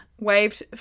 Waved